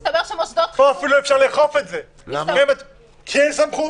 פה אפילו אי אפשר לאכוף את זה כי אין סמכות.